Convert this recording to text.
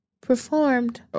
performed